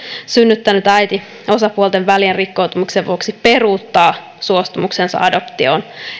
synnyttänyt äiti osapuolten välien rikkoutumisen vuoksi peruuttaa suostumuksensa adoptioon